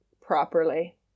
properly